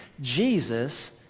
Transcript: Jesus